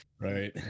right